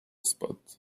spot